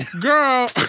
Girl